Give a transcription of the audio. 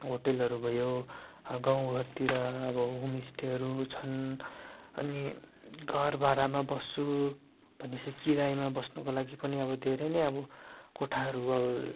होटलहरू भयो गाउँघरतिर अब होमस्टेहरू छन् अनि घर भाडामा बस्छु भने पछि किराइमा बस्नुको लागि पनि अब धेरै नै अब कोठाहरू